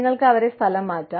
നിങ്ങൾക്ക് അവരെ സ്ഥലം മാറ്റാം